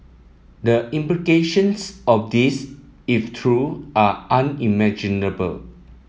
the implications of this if true are unimaginable